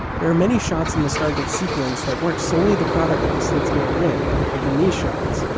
there are many shots in the stargate sequence that weren't solely the product of the slitscan rig like in these shots.